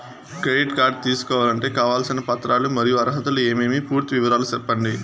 Credit card తీసుకోవాలంటే కావాల్సిన పత్రాలు మరియు అర్హతలు ఏమేమి పూర్తి వివరాలు సెప్పండి?